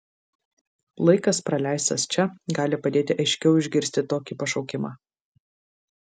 laikas praleistas čia gali padėti aiškiau išgirsti tokį pašaukimą